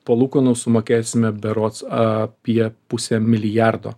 palūkanų sumokėsime berods apie pusę milijardo